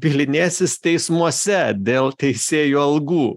bylinėsis teismuose dėl teisėjų algų